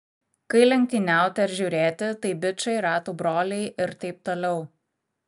kai lenktyniauti ar žiūrėti tai bičai ratų broliai ir taip toliau